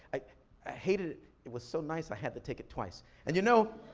i ah hated it, it was so nice, i had to take it twice. and you know,